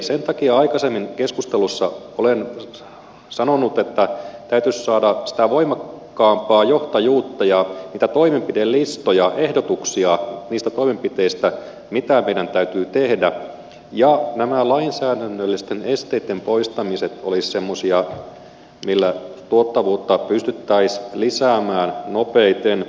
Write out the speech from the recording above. sen takia aikaisemmin keskustelussa olen sanonut että täytyisi saada sitä voimakkaampaa johtajuutta ja niitä toimenpidelistoja ehdotuksia niistä toimenpiteistä mitä meidän täytyy tehdä ja nämä lainsäädännöllisten esteitten poistamiset olisivat semmoisia millä tuottavuutta pystyttäisiin lisäämään nopeiten